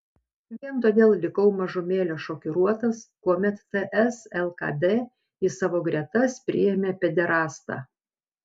vien todėl likau mažumėlę šokiruotas kuomet ts lkd į savo gretas priėmė pederastą